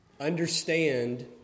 understand